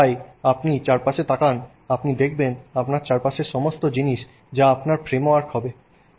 তাই আপনি চারপাশে তাকান আপনি দেখবেন আপনার চারপাশের সমস্ত জিনিস যা আপনার ফ্রেমওয়ার্ক হবে